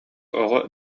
оҕо